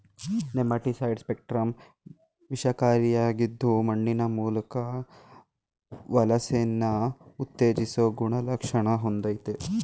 nematicide spectrum ವಿಷಕಾರಿಯಾಗಿದ್ದು ಮಣ್ಣಿನ ಮೂಲ್ಕ ವಲಸೆನ ಉತ್ತೇಜಿಸೊ ಗುಣಲಕ್ಷಣ ಹೊಂದಯ್ತೆ